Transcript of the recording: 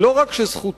לא רק שזכותו,